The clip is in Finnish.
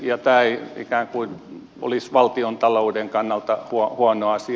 ja tämä ei ikään kuin olisi valtiontalouden kannalta huono asia